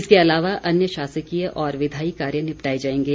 इसके अलावा अन्य शासकीय और विधायी कार्य निपटाए जाएंगे